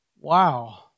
wow